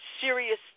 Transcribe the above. serious